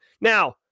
Now